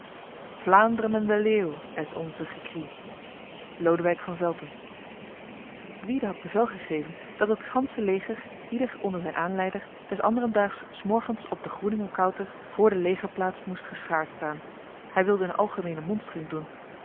en de leu es onse gecri lodewyk van velthem gwyde had bevel gegeven dat het ganse leger ieder onder zijn aanleider des anderendaags s morgens op de groeningekouter voor de legerplaats moest geschaard staan hij wilde een algemene monstering doen